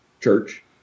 church